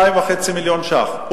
2.5 מיליון שקלים.